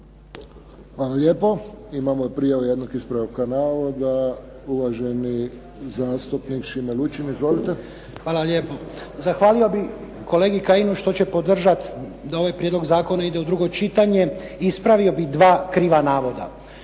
Hvala lijepo. Imamo prijave jednog ispravka navoda. Uvaženi zastupnik Šime Lučin. Izvolite. **Lučin, Šime (SDP)** Zahvalio bih kolegi Kajinu što će podržat da ovaj prijedlog zakona ide u drugo čitanje. Ispravio bih dva kriva navoda.